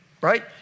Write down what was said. right